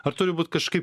ar turi būt kažkaip